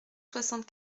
soixante